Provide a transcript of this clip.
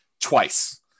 twice